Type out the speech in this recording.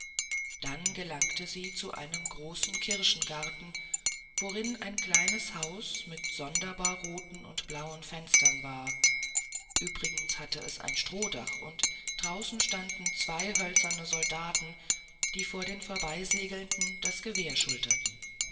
dann gelangte sie zu einem großen kirschengarten worin ein kleines haus mit sonderbar roten und blauen fenstern war übrigens hatte es ein strohdach und draußen standen zwei hölzerne soldaten die vor den vorbeisegelnden das gewehr schulterten